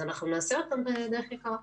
אז אנחנו נעשה אותם בדרך יקרה.